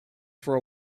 for